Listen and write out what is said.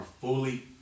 fully